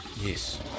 Yes